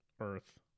Earth